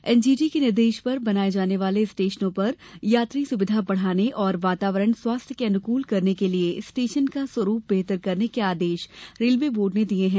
NGT के निर्देश पर बनाये जाने वाले स्टेशनों पर यात्री सुबिधा बढ़ाने और वातावरण स्वास्थ्य के अनुकूल करने के लिये स्टेशन का स्वरूप बेहतर करने के आदेश रेलवे बोर्ड ने दिए हैं